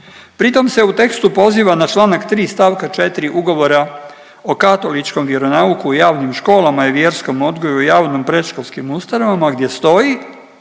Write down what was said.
Pritom se u tekstu poziva na čl. 3 st. 4 Ugovora o katoličkom vjeronauku u javnim školama i vjerskom odgoju u javnim i predškolskim ustanovama, gdje stoji